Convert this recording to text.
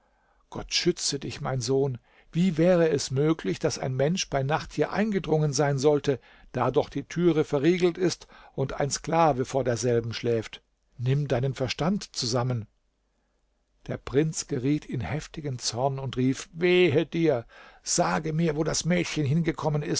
gott schütze dich mein sohn wie wäre es möglich daß ein mensch bei nacht hier eingedrungen sein sollte da doch die türe verriegelt ist und ein sklave vor derselben schläft nimm deinen verstand zusammen der prinz geriet in heftigen zorn und rief wehe dir sage mir wo das mädchen hingekommen